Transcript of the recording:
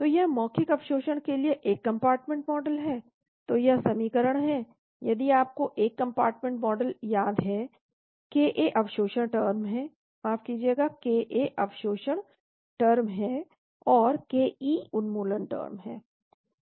तो यह मौखिक अवशोषण के लिए एक कंपार्टमेंट मॉडल है तो यह समीकरण है यदि आपको एक कम्पार्टमेंट मॉडल याद है ka अवशोषण टर्म है माफ कीजिएगा ka अवशोषण टर्म है और ke उन्मूलन टर्म है